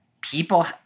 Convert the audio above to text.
people